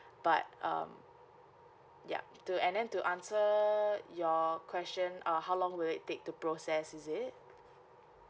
but um yup to and then to answer your question uh how long will it take to process is it